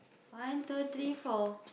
one two three four